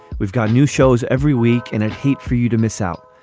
we've got new shows every week and a hate for you to miss out.